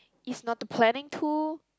is not to planning to